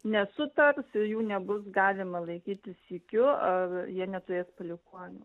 nesutars ir jų nebus galima laikyti sykiu ar jie neturės palikuonių